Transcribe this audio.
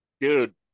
dude